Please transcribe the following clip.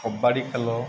ବାଡ଼ି ଖେଲ